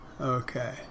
Okay